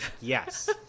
Yes